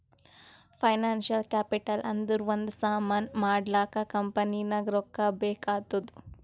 financial capital ಅಂದುರ್ ಒಂದ್ ಸಾಮಾನ್ ಮಾಡ್ಲಾಕ ಕಂಪನಿಗ್ ರೊಕ್ಕಾ ಬೇಕ್ ಆತ್ತುದ್